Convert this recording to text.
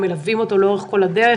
מלווים אותו לאורך כל הדרך